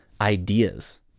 ideas